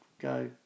go